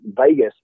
Vegas